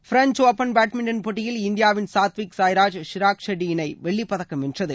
French Open badminton போட்டியில் இந்தியாவின் சாத்விக் சாய்ராஜ் ஷிராக் ஷெட்டி இணை வெள்ளிப்பதக்கம் வென்றது